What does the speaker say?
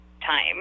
time